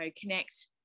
connect